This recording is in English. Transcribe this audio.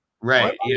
Right